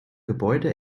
gebäude